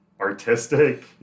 artistic